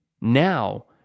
now